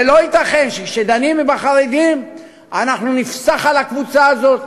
ולא ייתכן שכשדנים עם החרדים אנחנו נפסח על הקבוצה הזאת.